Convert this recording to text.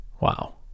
Wow